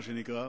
מה שנקרא,